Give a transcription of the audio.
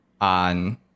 on